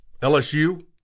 LSU